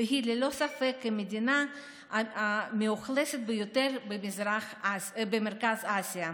והיא ללא ספק המדינה המאוכלסת ביותר במרכז אסיה.